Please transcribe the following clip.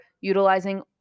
utilizing